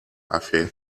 affair